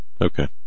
Okay